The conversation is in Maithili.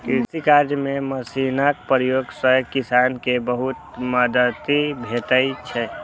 कृषि कार्य मे मशीनक प्रयोग सं किसान कें बहुत मदति भेटै छै